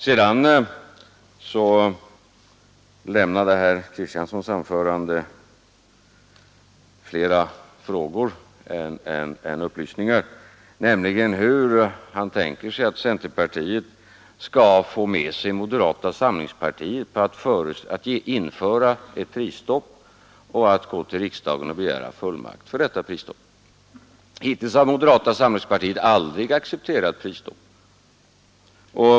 Herr Kristianssons anförande lämnade fler frågor än upplysningar när det gäller hur han tänker sig att centerpartiet skall få med sig moderata samlingspartiet på att införa prisstopp och gå till riksdagen och begära fullmakt för detta prisstopp. Hittills har moderata samlingspartiet aldrig accepterat prisstopp.